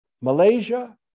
Malaysia